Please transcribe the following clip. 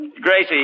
Gracie